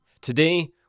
Today